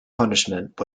punishment